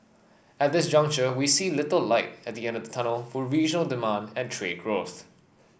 at this juncture we see little light at the end of the tunnel for regional demand and trade growth